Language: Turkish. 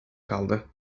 kaldı